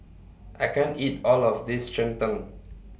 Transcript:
I can't eat All of This Cheng Tng